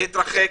ולהתרחק?